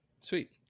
Sweet